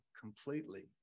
completely